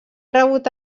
rebut